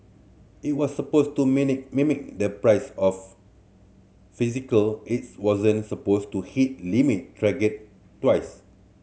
it was supposed to mimic the price of physical its wasn't supposed to hit limit trigger twice